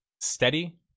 steady